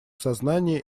сознание